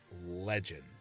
legend